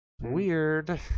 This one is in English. weird